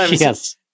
yes